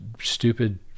stupid